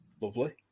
Lovely